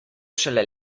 šele